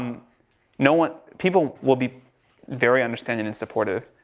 um no one, people will be very understanding and supportive.